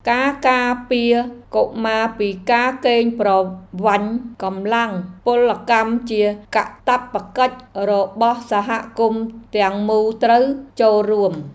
ការការពារកុមារពីការកេងប្រវ័ញ្ចកម្លាំងពលកម្មជាកាតព្វកិច្ចរបស់សហគមន៍ទាំងមូលត្រូវចូលរួម។